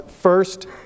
first